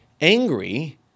angry